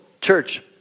church